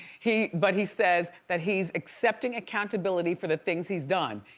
he, but he says that he's accepting accountability for the things he's done.